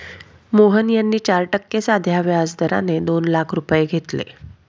मोहन यांनी चार टक्के साध्या व्याज दराने दोन लाख रुपये घेतले